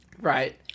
right